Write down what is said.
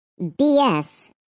BS